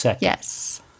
yes